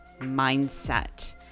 mindset